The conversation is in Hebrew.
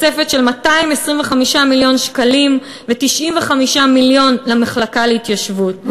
תוספת של 225 מיליון שקלים ו-95 מיליון למחלקה להתיישבות,